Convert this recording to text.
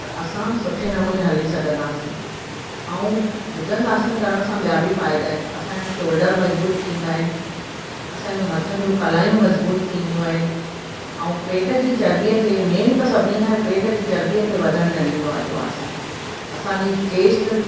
त असां सुठे नमूने हली सघंदासीं ऐं भुजंग आसन करण सां ॿिया बि फ़ाइदा आहिनि असां जा शोल्डर मज़बूत थींदा आहिनि असां जूं हथनि जूं कलाइयूं मज़बूत थींदियूं आहिनि ऐं पेट जी चर्ॿीअ खे मेन त सभिनी खां पेट जी चर्ॿीअ खे वधणु न ॾींदो आहे इहो आसन असांजी चेस्ट